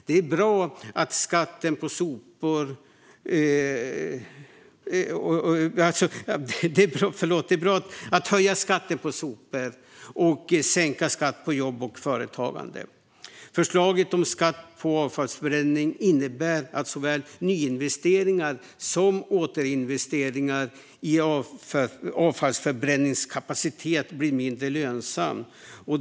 Det är bra att höja skatten på sopor och sänka skatt på jobb och företagande. Förslaget om skatt på avfallsförbränning innebär att såväl nyinvesteringar som återinvesteringar i avfallsförbränningskapacitet blir mindre lönsamma.